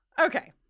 Okay